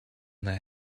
that